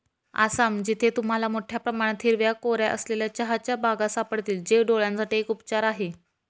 आसाम, जिथे तुम्हाला मोठया प्रमाणात हिरव्या कोऱ्या असलेल्या चहाच्या बागा सापडतील, जे डोळयांसाठी एक उपचार आहे